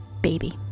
baby